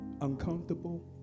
Uncomfortable